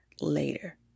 later